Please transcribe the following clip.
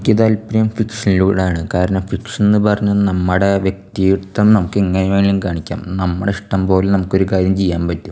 എനിക്ക് താൽപര്യം ഫിക്ഷനോടാണ് കാരണം ഫിക്ഷൻന്ന് പറഞ്ഞാൽ നമ്മുടെ വ്യക്തിത്വം എന്ന് നമുക്ക് എങ്ങനെ വേണമെങ്കിലും കാണിക്കാം നമ്മുടെ ഇഷ്ടം പോലെ നമുക്കൊരു കാര്യം ചെയ്യാൻ പറ്റും